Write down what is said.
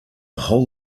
whole